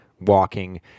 walking